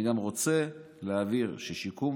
אני גם רוצה להבהיר ששיקום